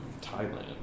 Thailand